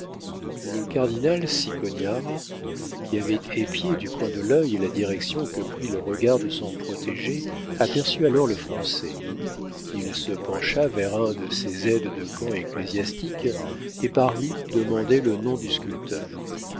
le cardinal cicognara qui avait épié du coin de l'œil la direction que prit le regard de son protégé aperçut alors le français il se pencha vers un de ses aides de camp ecclésiastiques et parut demander le nom du sculpteur